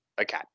Okay